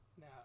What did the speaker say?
Now